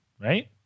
right